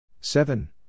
Seven